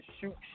shoot